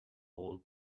old